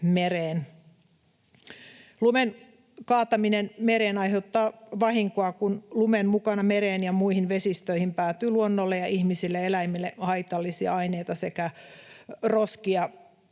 Lumen kaataminen mereen aiheuttaa vahinkoa, kun lumen mukana mereen ja muihin vesistöihin päätyy luonnolle, ihmisille ja eläimille haitallisia aineita sekä roskia.